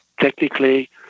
technically